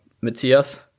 Matthias